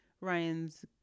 Ryan's